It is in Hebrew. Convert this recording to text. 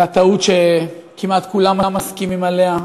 על הטעות שכמעט כולם מסכימים עליה,